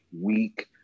week